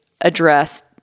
address